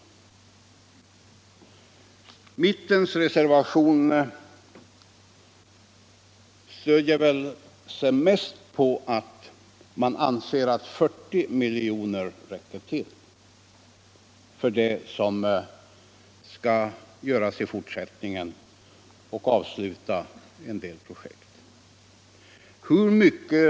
I mittens reservation anser man att 40 miljoner räcker för det som skall göras i fortsättningen och för att avsluta en del pågående projekt.